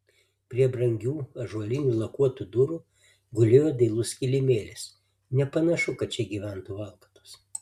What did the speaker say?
prie brangių ąžuolinių lakuotų durų gulėjo dailus kilimėlis nepanašu kad čia gyventų valkatos